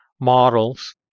models